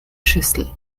schüssel